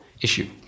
issue